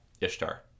Ishtar